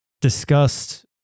discussed